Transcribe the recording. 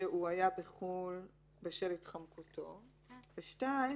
שהוא היה בחו"ל בשל התחמקותו ושתיים,